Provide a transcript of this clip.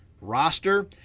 roster